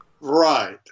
Right